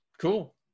cool